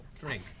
Drink